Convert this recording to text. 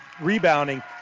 rebounding